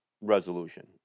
resolution